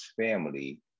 family